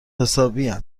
حسابین